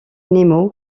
nemo